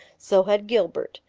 so had gilbert.